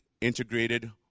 integrated